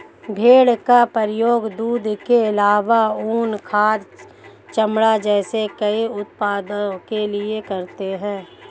भेड़ का प्रयोग दूध के आलावा ऊन, खाद, चमड़ा जैसे कई उत्पादों के लिए करते है